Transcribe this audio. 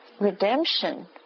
redemption